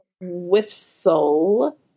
whistle